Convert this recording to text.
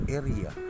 area